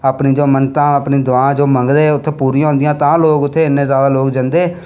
अपनी मन्नतां अपनी दूआं मंगदे उत्थें पूरियां होंदियां तां लोग उत्थें इन्ना जंदे